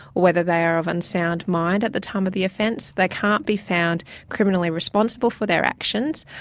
whether they are of unsound mind at the time of the offense, they can't be found criminally responsible for their actions,